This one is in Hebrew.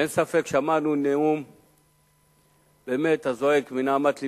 אין ספק, שמענו נאום הזועק מנהמת לבך.